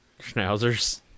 schnauzers